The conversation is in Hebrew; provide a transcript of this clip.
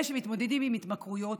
אלה שמתמודדים עם התמכרויות,